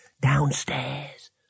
downstairs